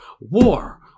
war